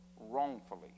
wrongfully